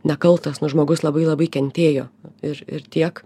nekaltas nu žmogus labai labai kentėjo ir ir tiek